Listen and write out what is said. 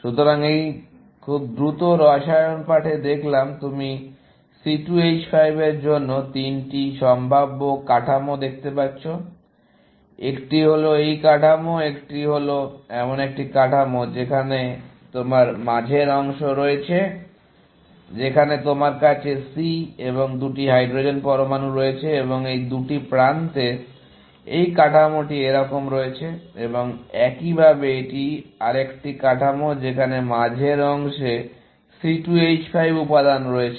সুতরাং এই খুব দ্রুত রসায়ন পাঠে দেখলাম তুমি C2 H5 এর জন্য তিনটি সম্ভাব্য কাঠামো দেখতে পাচ্ছ একটি হল এই কাঠামো একটি হল এমন একটি কাঠামো যেখানে তোমার মাঝের অংশ রয়েছে যেখানে তোমার কাছে C এবং 2টি হাইড্রোজেন পরমাণু রয়েছে এবং দুটি প্রান্তে এই কাঠামোটি এইরকম রয়েছে এবং একইভাবে এটি আরেকটি কাঠামো যেখানে মাঝের অংশে C2 H5 উপাদান রয়েছে